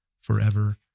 forever